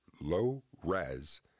low-res